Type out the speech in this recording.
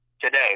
today